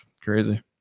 crazy